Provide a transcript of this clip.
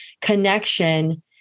connection